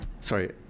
sorry